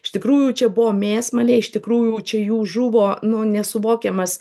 iš tikrųjų čia buvo mėsmalė iš tikrųjų čia jų žuvo nu nesuvokiamas